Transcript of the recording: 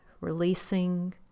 releasing